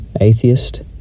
Atheist